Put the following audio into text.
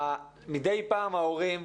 מדי פעם ההורים,